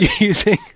Using